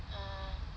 err